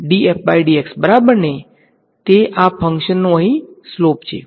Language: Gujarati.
બરોબર ને તે આ ફંકશન નો અહી સ્લોપ છે